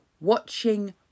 watching